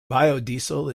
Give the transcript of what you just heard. biodiesel